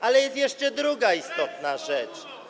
Ale jest jeszcze druga istotna rzecz.